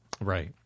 Right